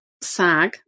sag